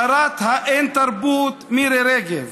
שרת האין-תרבות מירי רגב,